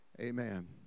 Amen